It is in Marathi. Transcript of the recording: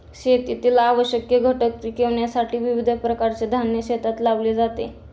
शेतीतील आवश्यक घटक टिकविण्यासाठी विविध प्रकारचे धान्य शेतात लावले जाते